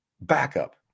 backup